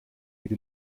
geht